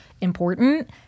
important